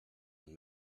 and